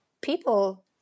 people